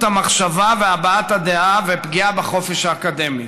המחשבה והבעת הדעה ופגיעה בחופש האקדמי.